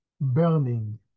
burning